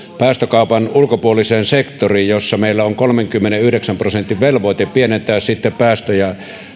päästökaupan ulkopuoliseen sektoriin jossa meillä on kolmenkymmenenyhdeksän prosentin velvoite pienentää sitten päästöjä